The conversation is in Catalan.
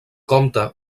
comte